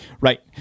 Right